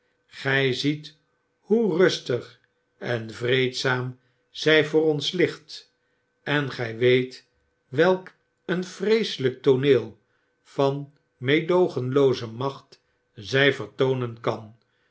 gy ziet hoe rustig en vreedzaam zy voor ons ligt en gy weet welk een vreeselyktooneel van meedoogenlooze macht zjj vertoonen kan